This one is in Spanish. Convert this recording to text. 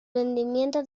rendimiento